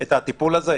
את הטיפול הזה?